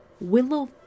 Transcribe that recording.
Willow